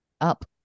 Up